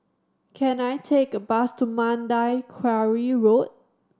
can I take a bus to Mandai Quarry Road